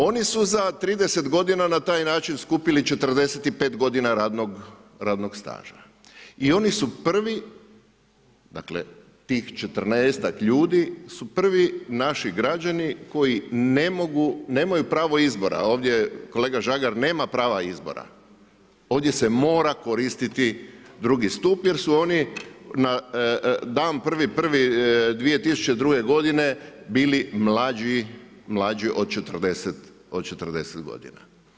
Oni su za 30 godina na taj način skupili 45 godina radnog staža i oni su prvi, dakle tih 14-ak ljudi su prvi naši građani koji nemaju pravo izbora, ovdje kolega Žagar nema prava izbora, ovdje se mora koristiti drugi stup jer su oni na dan 1.1.2002. godine bili mlađi od 40 godina.